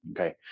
Okay